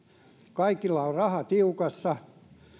kaikilla on raha tiukassa